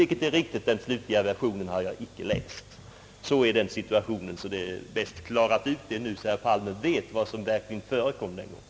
Det är riktigt så till vida att jag inte har läst den slutliga versionen av motionen. Så är situationen. Det är bäst att klara ut den nu, så att statsrådet Palme vet vad som verkligen förekom den gången.